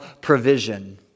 provision